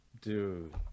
dude